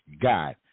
God